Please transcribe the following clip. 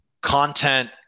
content